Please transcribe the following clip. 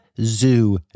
zoo